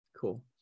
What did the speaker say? Cool